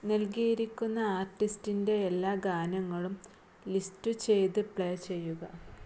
നൽകിയിരിക്കുന്ന ആർട്ടിസ്റ്റിൻ്റെ എല്ലാ ഗാനങ്ങളും ലിസ്റ്റ് ചെയ്ത് പ്ലേ ചെയ്യുക